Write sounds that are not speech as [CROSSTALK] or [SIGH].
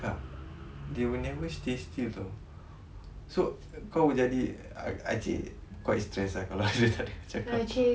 kak they will never stay still [tau] so kau jadi actually quite stress ah [LAUGHS]